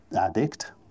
addict